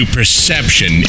Perception